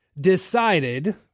decided